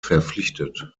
verpflichtet